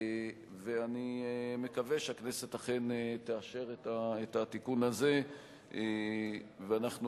אני מקווה שהכנסת אכן תאשר את התיקון הזה ואנחנו